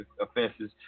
offenses